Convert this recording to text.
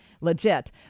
legit